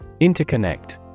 Interconnect